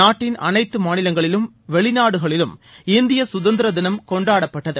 நாட்டின் அனைத்து மாநிலங்களிலும் வெளிநாடுகளிலும் இந்திய சுதந்திர தினம் கொண்டாடப்பட்டது